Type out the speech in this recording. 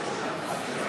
השר דרעי.